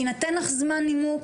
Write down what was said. יינתן לך זמן נימוק